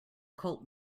colt